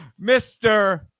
Mr